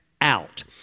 out